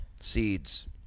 seeds